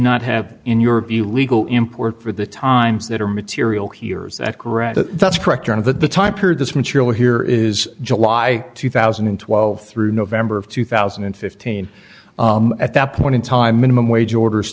not have in your view legal import for the times that are material here is that correct that's correct and that the time period this material here is july two thousand and twelve through november of two thousand and fifteen at that point in time minimum wage orders